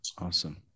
Awesome